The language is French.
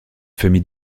famille